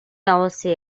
явуулсан